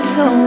go